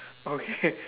okay